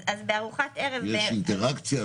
יש אינטראקציה,